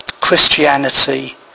Christianity